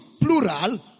plural